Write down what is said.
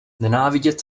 nenávidět